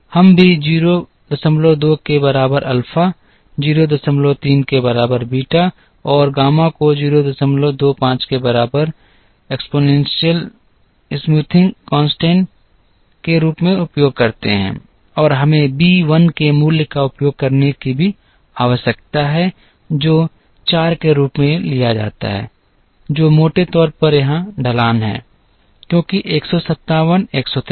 तो हम भी 02 के बराबर अल्फा 03 के बराबर बीटा और गामा को 025 के बराबर चौरसाई स्थिरांक के रूप में उपयोग करते हैं और हमें बी 1 के मूल्य का उपयोग करने की भी आवश्यकता है जो 4 के रूप में लिया जाता है जो मोटे तौर पर यहाँ ढलान है क्योंकि 157 173